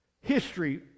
history